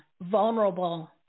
vulnerable